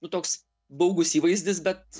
nu toks baugus įvaizdis bet